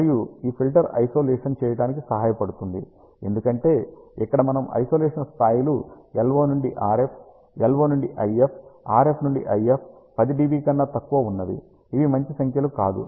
మరియు ఈ filter isolation చేయటానికి సహాయపడుతుంది ఎందుకంటే ఇక్కడ మనం ఐసోలేషన్ స్థాయిలు LO నుండి RF LO నుండి IF RF నుండి IF 10 dB కన్నా తక్కువ ఉన్నవి ఇది మంచి సంఖ్యలు కాదు